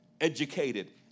educated